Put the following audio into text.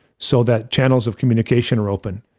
so that channels of communication are open.